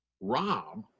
Rob